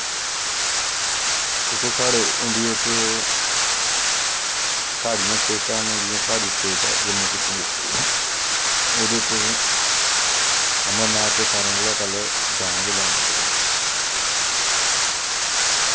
दिक्खो साढ़े इंडिया च साढ़ियां स्टेटां न हून जियां साढ़ी स्टेट ऐ जम्मू कश्मीर ओह्दे च अमरनाथ ते सारें कोला पैह्लें जाना गै जाना चाहिदा